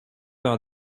par